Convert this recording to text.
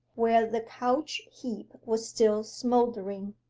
where the couch heap was still smouldering.